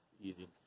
Easy